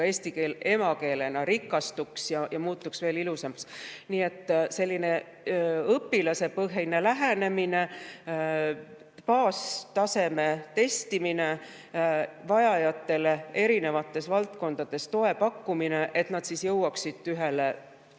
eesti keel emakeelena rikastuks ja muutuks veel ilusamaks. Nii et selline õpilasepõhine lähenemine, baastaseme testimine ja vajajatele erinevates valdkondades toe pakkumine, et nad jõuaksid